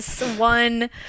one